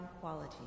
quality